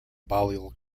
balliol